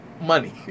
money